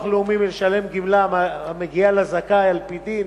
לאומי מלשלם גמלה המגיעה לזכאי על-פי דין